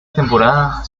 temporada